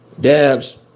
Dabs